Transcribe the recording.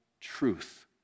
truth